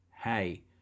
hey